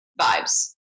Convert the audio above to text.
vibes